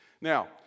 Now